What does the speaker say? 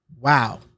wow